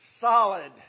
solid